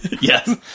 Yes